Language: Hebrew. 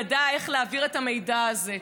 ידע איך להעביר את המידע הזה.